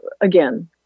again